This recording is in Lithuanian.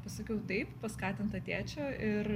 pasakiau taip paskatinta tėčio ir